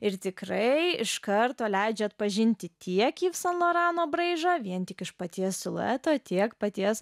ir tikrai iš karto leidžia atpažinti tiek yv san lorano braižą vien tik iš paties silueto tiek paties